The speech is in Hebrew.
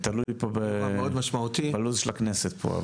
זה תלוי פה בלו"ז של הכנסת.